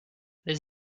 les